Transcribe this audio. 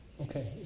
Okay